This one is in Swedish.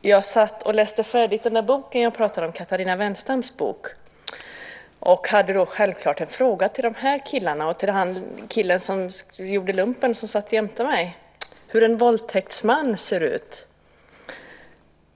Jag satt och läste färdigt den där boken jag pratade om, Katarina Wennstams bok, och hade då självklart en fråga till de här killarna och till killen som gjorde lumpen som satt jämte mig, nämligen om hur en våldtäktsman ser ut.